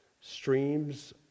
streams